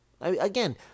again